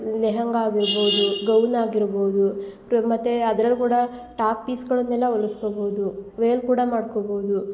ಲೆಹಂಗ ಆಗಿರ್ಬೋದು ಗೌನ್ ಆಗಿರ್ಬೋದು ಪ್ರ ಮತ್ತು ಅದ್ರಲ್ಲಿ ಕೂಡ ಟಾಪ್ ಪೀಸ್ಗಳನ್ನೆಲ್ಲ ಹೊಲಿಸ್ಕೊಬೋದು ವೇಲ್ ಕೂಡ ಮಾಡ್ಕೊಬೋದು